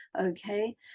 okay